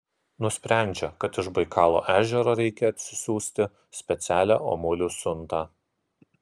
nusprendžia kad iš baikalo ežero reikia atsisiųsti specialią omulių siuntą